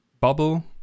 bubble